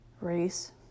race